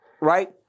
right